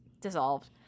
dissolved